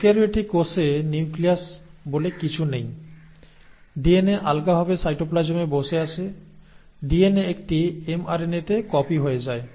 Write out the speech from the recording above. prokaryotic কোষে nucleus বলে কিছু নেই ডিএনএ আলগাভাবে সাইটোপ্লাজমে বসে আছে ডিএনএ একটি এমআরএনএতে কপি হয়ে যায়